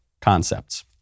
concepts